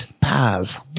Pause